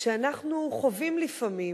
שאנחנו חווים לפעמים.